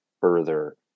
further